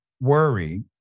worry